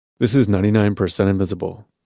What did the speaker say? this is ninety nine percent invisible.